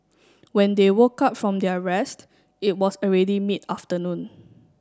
when they woke up from their rest it was already mid afternoon